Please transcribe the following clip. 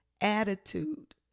attitude